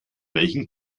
welchen